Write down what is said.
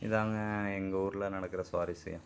இதாங்க எங்கள் ஊரில் நடக்குகிற சுவாரஸ்யம்